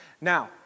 Now